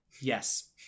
Yes